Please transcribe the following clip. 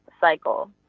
cycle